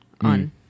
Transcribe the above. on